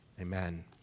Amen